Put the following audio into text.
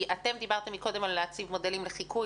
אתם דיברתם קודם על הצבת מודלים לחיקוי